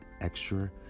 extra